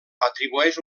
atribueix